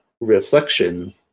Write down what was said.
reflection